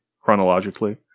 chronologically